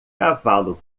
cavalo